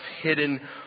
hidden